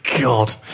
God